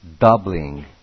doubling